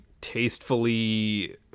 tastefully